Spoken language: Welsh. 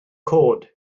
cod